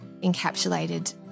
encapsulated